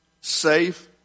Safe